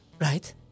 right